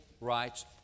Rights